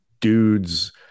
dudes